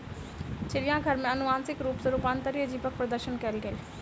चिड़ियाघर में अनुवांशिक रूप सॅ रूपांतरित जीवक प्रदर्शन कयल गेल